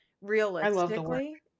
realistically